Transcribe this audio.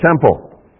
temple